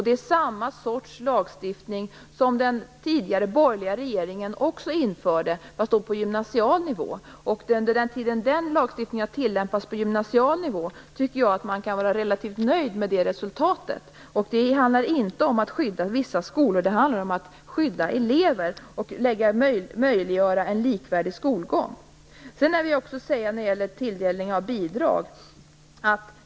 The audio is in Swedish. Det är samma slags lagstiftning som också den tidigare borgerliga regeringen införde, fast då på gymnasial nivå. Under den tid då denna lagstiftning har tillämpats på gymnasial nivå, tycker jag att man kan vara relativt nöjd med resultatet. Det handlar inte om att skydda vissa skolor. Det handlar om att skydda elever och om att möjliggöra en likvärdig skolgång. Sedan vill jag också säga något om tilldelningen av bidrag.